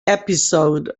episode